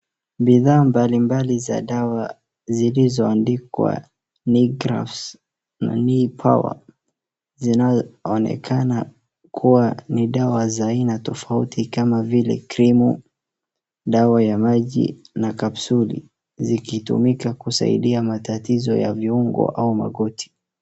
Bidhaa mbalimbali za dawa zilizo andikwa knee grafs na knee power zinazoonekana kuwa ni dawa za aina tofauti kama vile krimu, dawa ya maji na kapsuli, zikitumika kusaidia matatizo ya viungo au magoti.